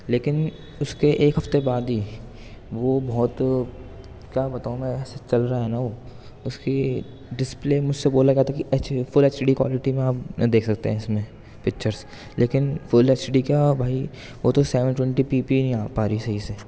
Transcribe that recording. لیکن اس کے ایک ہفتے بعد ہی وہ بہت كیا بتاؤں میں ایسے چل رہا ہے نا وہ اس کی ڈسپلے مجھ سے بولا گیا تھا کہ H full H D quality میں آپ دیکھ سکتے ہیں اس میں پکچرس لیکن فل ایچ ڈی كیا بھئی وہ تو ساؤنڈ ٹوینٹی پی پی نہیں آ پا رہی ہے صحیح سے